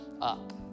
up